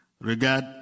regard